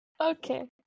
Okay